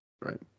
Right